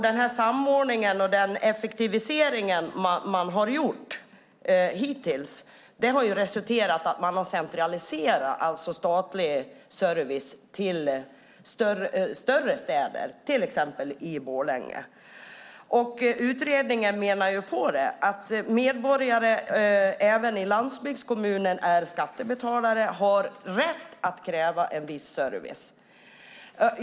Den samordning och effektivisering man har gjort hittills har resulterat i att man centraliserat statlig service till större städer, till exempel Borlänge. Utredningen menar att medborgare även i landsbygdskommuner är skattebetalare och har rätt att kräva viss service.